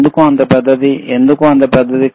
ఎందుకు అంత పెద్దది ఎందుకు అంత పెద్దది